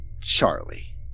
Charlie